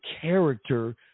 character